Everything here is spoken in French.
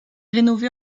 rénové